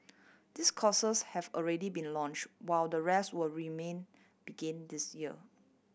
this courses have already been launched while the rest will remain begin this year